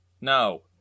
No